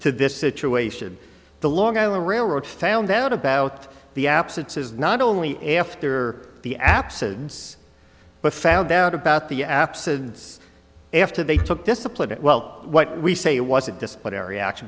to this situation the long island railroad found out about the absences not only after the absence but found out about the absence after they took disciplined well what we say was a disciplinary action